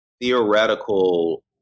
theoretical